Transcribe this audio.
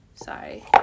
Sorry